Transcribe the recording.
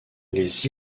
les